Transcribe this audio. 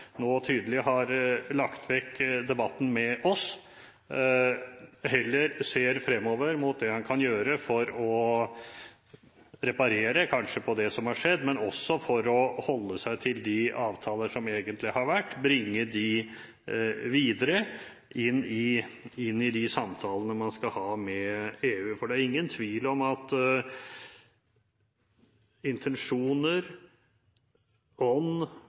tydelig har lagt vekk debatten med oss og heller ser fremover mot det han kan gjøre for kanskje å reparere på det som har skjedd, men også å holde seg til de avtaler som egentlig har vært, og bringe dem videre inn i de samtalene man skal ha med EU. For det er ingen tvil om at intensjoner,